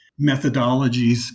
methodologies